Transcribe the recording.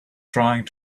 trying